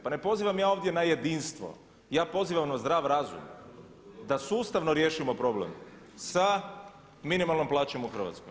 Pa ne pozivam ja ovdje na jedinstvo, ja pozivam na zdrav razum da sustavno riješimo problem sa minimalnom plaćom u Hrvatskoj.